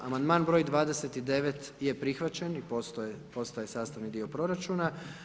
Amandman broj 29., je prihvaćen i postaje sastavni dio proračuna.